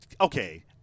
Okay